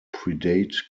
predate